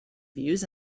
views